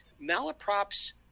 malaprop's